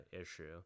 issue